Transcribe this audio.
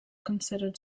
considered